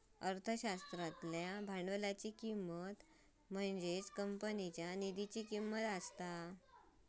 अर्थशास्त्रातल्या भांडवलाची किंमत म्हणजेच कंपनीच्या निधीची किंमत असता